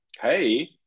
Hey